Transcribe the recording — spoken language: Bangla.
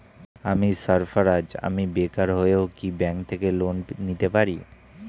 আমি সার্ফারাজ, আমি বেকার হয়েও কি ব্যঙ্ক থেকে লোন নিতে পারি?